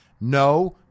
No